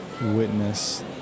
witness